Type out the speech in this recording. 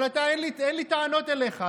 אבל אין לי טענות אליך.